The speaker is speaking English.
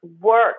work